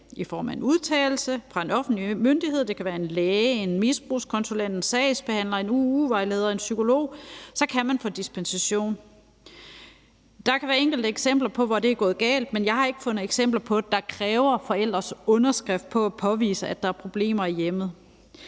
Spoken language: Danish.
i form af en udtalelse fra en offentlig myndighed – det kan være en læge, en misbrugskonsulent, en sagsbehandler, en UU-vejleder eller en psykolog – kan man få dispensation. Der kan være enkelte eksempler, hvor det er gået galt, men jeg har ikke fundet eksempler, hvor der kræves forældres underskrift på at påvise, at der er problemer i hjemmet.